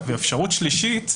אפשרות שלישית,